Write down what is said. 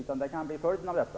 Det kan bli följden av detta.